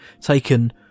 taken